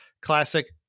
classic